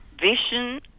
vision